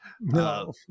no